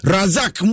Razak